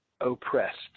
oppressed